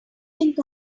think